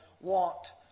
want